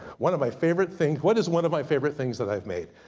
one of my favorite thing. what is one of my favorite things that i've made.